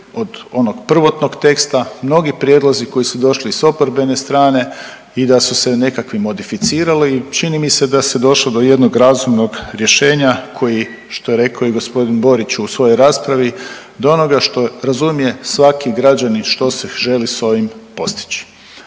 od onog prvotnog teksta mnogi prijedlozi koji su došli iz oporbene strane i da da su se nekakvi modificirali i čiji mi se da se došlo do jednog razumnog rješenja koji što je rekao i gospodin Borić u svojoj raspravi do onoga što razumije svaki građanin što se želi s ovim postići.